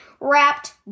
wrapped